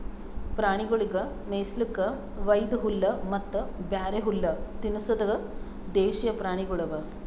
ಪ್ರಾಣಿಗೊಳಿಗ್ ಮೇಯಿಸ್ಲುಕ್ ವೈದು ಹುಲ್ಲ ಮತ್ತ ಬ್ಯಾರೆ ಹುಲ್ಲ ತಿನುಸದ್ ದೇಶೀಯ ಪ್ರಾಣಿಗೊಳ್ ಅವಾ